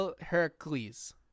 Hercules